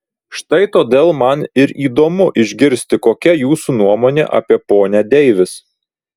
štai todėl man ir įdomu išgirsti kokia jūsų nuomonė apie ponią deivis